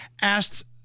asked